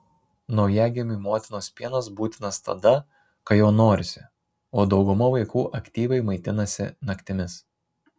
naujagimiui motinos pienas būtinas tada kai jo norisi o dauguma vaikų aktyviai maitinasi naktimis